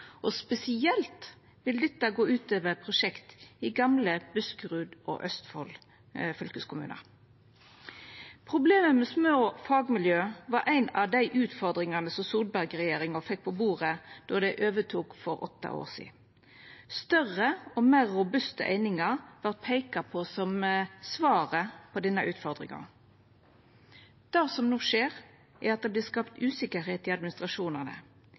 Spesielt vil dette gå ut over prosjekt i gamle Buskerud og Østfold fylkeskommunar. Problemet med små fagmiljø var ein av dei utfordringane Solberg-regjeringa fekk på bordet då dei overtok for åtte år sidan. Større og meir robuste einingar vart peika på som svaret på denne utfordringa. Det som no skjer, er at det vert skapt usikkerheit i administrasjonane.